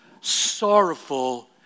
sorrowful